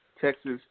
Texas